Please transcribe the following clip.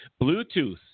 Bluetooth